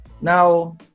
Now